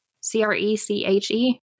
C-R-E-C-H-E